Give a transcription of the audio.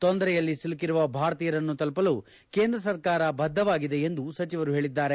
ತೊಂದರೆಯಲ್ಲಿ ಸಿಲುಕಿರುವ ಭಾರತೀಯರನ್ನು ತಲುಪಲು ಕೇಂದ್ರ ಸರ್ಕಾರ ಬದ್ಧವಾಗಿದೆ ಎಂದು ಸಚಿವರು ಹೇಳಿದ್ದಾರೆ